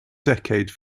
decade